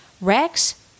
Rex